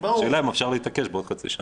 השאלה אם אפשר להתעקש בעוד חצי שנה.